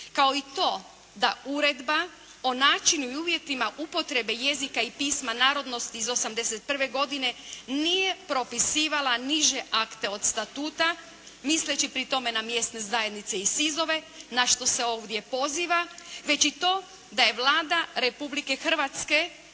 kao i to da Uredba o načinu i uvjetima upotrebe jezika i pisma narodnosti iz 81. godine nije propisivala niže akte od statuta misleći pri tome na mjesne zajednice i SIZ-ove na što se ovdje poziva, već i to da je Vlada Republike Hrvatske